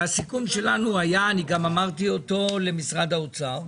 הסיכום שלנו היה, אני גם אמרתי אותו למשרד האוצר,